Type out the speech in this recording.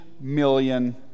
million